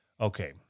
okay